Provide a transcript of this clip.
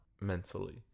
mentally